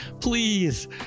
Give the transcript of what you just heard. Please